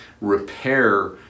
repair